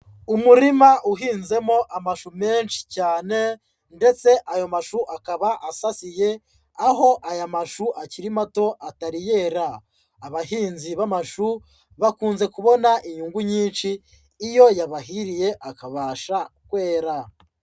Umurima uhinzemo amashu menshi cyane ndetse ayo mashu akaba asasiye, aho aya mashu akiri mato atari yera, abahinzi b'amashu bakunze kubona inyungu nyinshi iyo yabahiriye akabasha kwera.